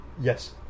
Yes